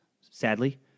sadly